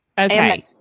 Okay